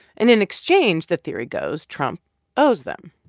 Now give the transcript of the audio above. and in exchange, the theory goes, trump owes them.